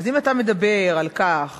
אז אם אתה מדבר על כך